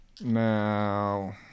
Now